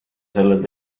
sel